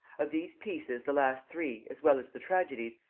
of these pieces the last three, as well as the tragedies,